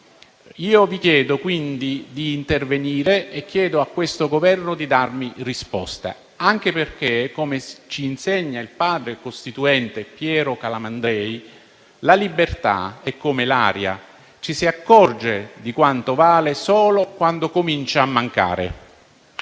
Io chiedo, quindi, di intervenire e chiedo a questo Governo di darmi risposte, anche perché, come ci insegna il padre costituente Piero Calamandrei, la libertà è come l'aria. Ci si accorge di quanto vale solo quando comincia a mancare.